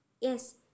Yes